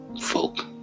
folk